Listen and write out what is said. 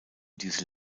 diese